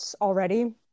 already